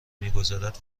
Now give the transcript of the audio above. میگذارد